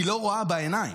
היא לא רואה בעיניים.